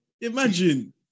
Imagine